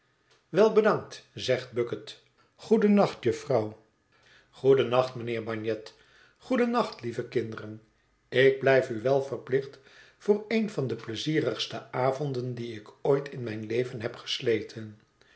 wel bedankt zegt bucket goedennacht jufvrouw goedennacht mijnheer bagnet goedennacht lieve kinderen ik blijf u wel verplicht voor een van de pleizierigste avonden die ik ooit in mijn leven heb gesleten